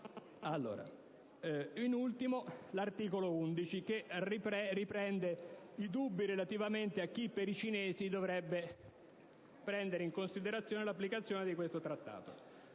seminato. In ultimo, l'articolo 14 riprende i dubbi relativamente a chi per i cinesi dovrebbe prendere in considerazione l'applicazione di questo Accordo.